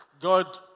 God